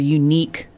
unique